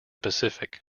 pacific